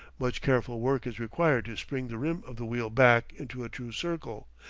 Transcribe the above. much careful work is required to spring the rim of the wheel back into a true circle,